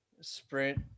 sprint